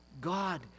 God